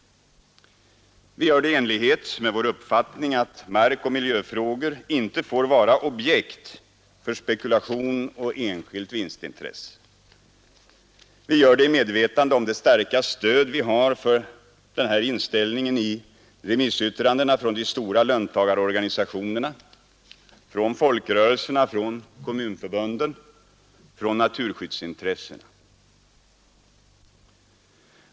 Vi gör det i enlighet med vår uppfattning att markoch miljöfrågor inte får vara objekt för spekulation och enskilt vinstintresse. Vi gör det i medvetande om det starka stöd vi har för denna inställning i remissyttranden från de stora löntagarorganisationerna, från folkrörelserna, från kommunförbunden, från naturskyddsintressena.